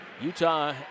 Utah